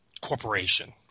corporation